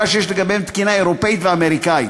שיש לגביהם תקינה אירופית ואמריקנית,